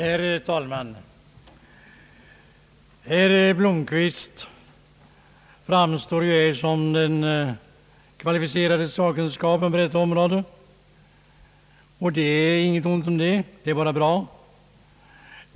Herr talman! Herr Blomquist framstår ju här som den kvalificerade sakkunskapen på detta område. Det är inget ont i det, det är bara bra.